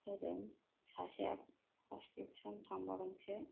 होदों सासेया first division थांबावदोंसो